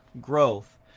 growth